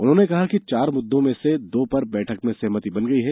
उन्होंने कहा कि चार मुद्दों में से दो पर बैठक में सहमति बन गई है